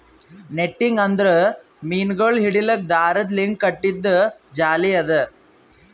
netting ಅಂದುರ್ ಮೀನಗೊಳ್ ಹಿಡಿಲುಕ್ ದಾರದ್ ಲಿಂತ್ ಕಟ್ಟಿದು ಜಾಲಿ ಅದಾ